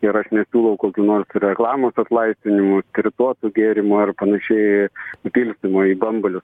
ir aš nesiūlau kokių nors reklamos atlaisvinimų spirituotų gėrimų ar panašiai supilstymo į bambalius